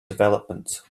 developments